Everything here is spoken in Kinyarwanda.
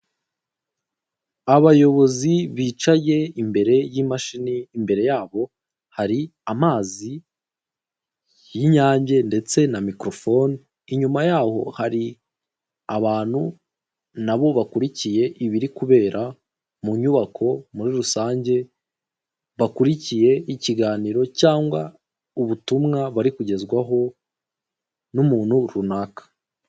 Abayobozi bicaye imbere y'imashini, imbere yabo hari amazi y'inyange ndetse na microfone, inyuma yabo hari abantu nabo bakurikiye ibiri kubera mu nyubako, muri rusange bakurikiye ikiganiro cyangwa ubutumwa bari kugezwaho n'umuntu runaka.